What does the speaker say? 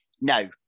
no